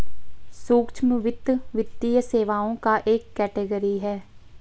सूक्ष्म वित्त, वित्तीय सेवाओं का एक कैटेगरी है